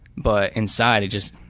but inside it just,